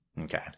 Okay